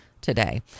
today